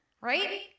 Right